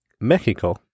Mexico